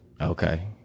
Okay